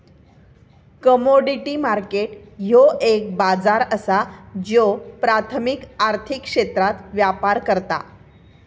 commodity market ह्यो एक बाजार असा ज्यो प्राथमिक आर्थिक क्षेत्रात व्यापार करता